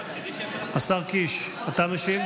השר קיש, אתה משיב?